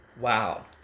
wow